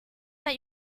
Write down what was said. that